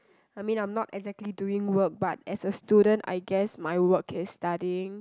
I mean I'm not exactly doing work but as a student I guess my work is studying